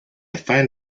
find